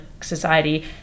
society